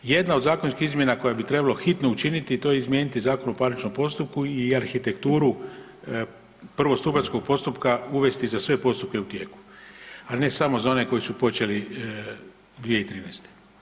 Jedna od zakonskih izmjena koje bi trebalo hitno učiniti tj. izmijeniti Zakon o parničnom postupku i arhitekturu prvostupanjskoj postupka uvesti za sve postupke u tijeku, a ne samo za one koji su počeli 2013.